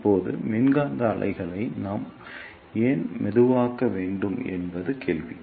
இப்போது மின்காந்த அலைகளை நாம் ஏன் மெதுவாக்க வேண்டும் என்பது கேள்வி